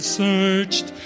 searched